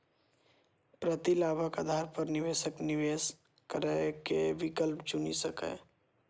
प्रतिलाभक आधार पर निवेशक निवेश करै के विकल्प चुनि सकैए